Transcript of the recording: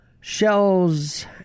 shells